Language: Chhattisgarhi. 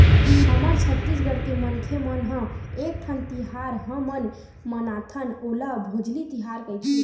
हमर छत्तीसगढ़ के मनखे मन ह एकठन तिहार हमन मनाथन ओला भोजली तिहार कइथे